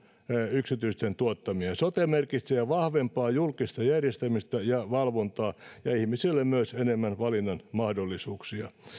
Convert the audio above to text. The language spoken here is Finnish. yksityisten tuottamia sote merkitsee vahvempaa julkista järjestämistä ja valvontaa ja ihmisille myös enemmän valinnanmahdollisuuksia